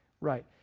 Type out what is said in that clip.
right